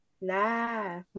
Nah